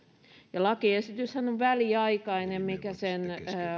ja lakiesityshän on väliaikainen mikä sen